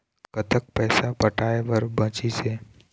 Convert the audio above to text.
कतक पैसा पटाए बर बचीस हे?